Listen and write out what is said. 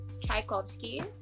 Tchaikovsky